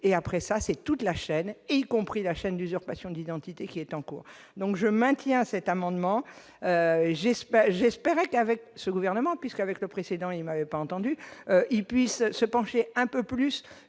et après ça, c'est toute la chaîne, y compris la chaîne d'usurpation d'identité qui est en cours, donc je maintiens cet amendement j'espère, j'espère qu'avec ce gouvernement, puisqu'avec le précédent, il m'a pas entendu, il puisse se pencher un peu plus